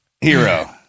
hero